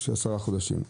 במשך עשרה חודשים.